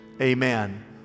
amen